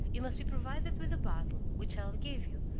you must be provided with a bottle, which i will give you,